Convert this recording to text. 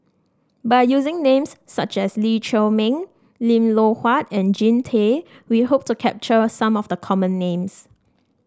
by using names such as Lee Chiaw Meng Lim Loh Huat and Jean Tay we hope to capture some of the common names